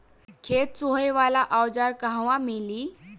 खेत सोहे वाला औज़ार कहवा मिली?